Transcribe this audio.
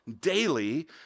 daily